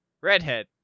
Redhead